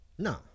No